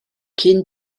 cyn